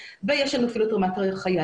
ויש לנו אפילו את רמת החייל.